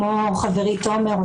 כמו חברי תומר,